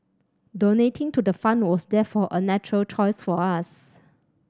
donating to the fund was therefore a natural choice for us